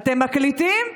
"אתם מקליטים?